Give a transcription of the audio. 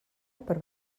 per